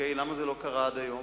למה זה לא קרה עד היום?